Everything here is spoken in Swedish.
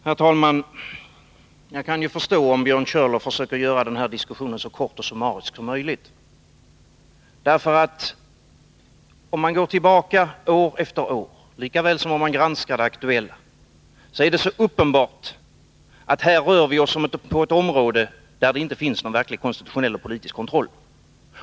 Herr talman! Jag kan förstå om Björn Körlof försöker göra den här diskussionen så kort och summarisk som möjligt. Om man går tillbaka år efter år liksom om man granskar det aktuella är det uppenbart att man här rör sig på ett område där det inte finns någon verklig konstitutionell och politisk kontroll.